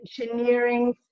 engineering